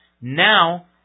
Now